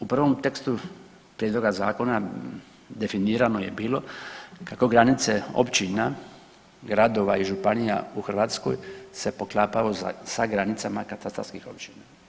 U prvom tekstu prijedloga zakona definirano je bilo kako granice općina, gradova i županija u Hrvatskoj se poklapaju sa granicama katastarskih općina.